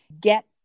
get